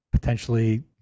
potentially